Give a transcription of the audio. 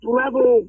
level